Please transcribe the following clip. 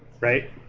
right